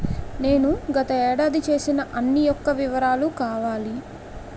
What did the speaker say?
నేను గత ఏడాది చేసిన అన్ని యెక్క వివరాలు కావాలి?